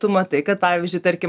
tu matai kad pavyzdžiui tarkim